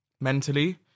mentally